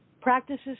practices